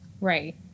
Right